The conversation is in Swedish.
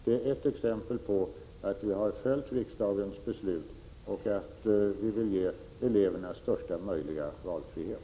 Det är ett exempel på att vi har följt riksdagens beslut och att vi vill ge eleverna största möjliga valfrihet.